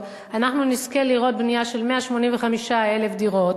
אנחנו נזכה לראות בנייה של 185,000 דירות,